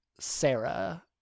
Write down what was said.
Sarah